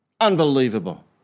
Unbelievable